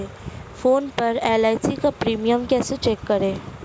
Phone पर LIC का premium कैसे चेक करें?